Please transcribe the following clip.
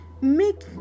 Make